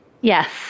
Yes